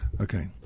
Okay